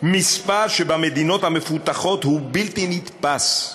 מספר שבמדינות המפותחות הוא בלתי נתפס.